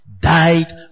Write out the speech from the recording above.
died